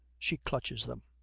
she clutches them.